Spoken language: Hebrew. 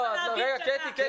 כן.